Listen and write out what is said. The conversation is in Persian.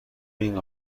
این